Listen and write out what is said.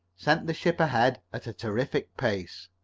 sent the ship ahead at a terrific pace.